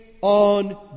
on